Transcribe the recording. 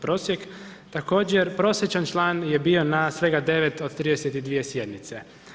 Prosjek također, prosječan član je bio na svega 9 od 32 sjednice.